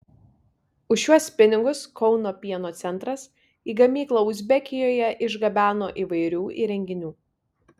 už šiuos pinigus kauno pieno centras į gamyklą uzbekijoje išgabeno įvairių įrenginių